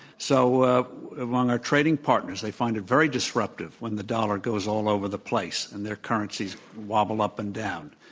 so among our trading partners, they find it very disruptive when the dollar goes all over the place and their currencies wobble up and down.